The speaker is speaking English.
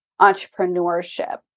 entrepreneurship